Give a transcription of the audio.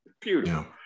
Beautiful